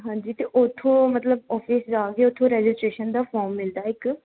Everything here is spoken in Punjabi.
ਹਾਂਜੀ ਅਤੇ ਉੱਥੋਂ ਮਤਲਬ ਔਫਿਸ 'ਚ ਜਾ ਕੇ ਉੱਥੋਂ ਰਜਿਸਟਰੇਸ਼ਨ ਦਾ ਫੋਰਮ ਮਿਲਦਾ ਇੱਕ